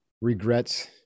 regrets